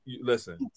Listen